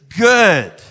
good